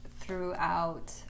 throughout